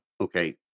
Okay